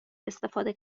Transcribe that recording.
استفاده